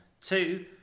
Two